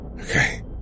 Okay